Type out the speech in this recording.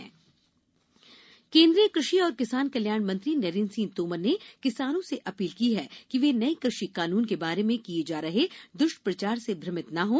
तोमर पत्र केन्द्रीय कृषि और किसान कल्याण मंत्री नरेन्द्र सिंह तोमर ने किसानों से अपील की है कि वे नये कृषि कानून के बारे में किये जा रहे दृष्प्रचार से भ्रमित न हों